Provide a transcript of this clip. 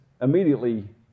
immediately